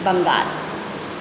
Bengal